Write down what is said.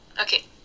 okay